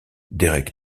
derek